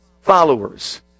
followers